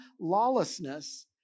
lawlessness